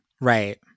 Right